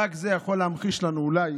זה יכול רק להמחיש לנו אולי